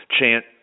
chant